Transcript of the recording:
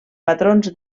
patrons